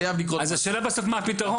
אז השאלה בסוף מה הפתרון?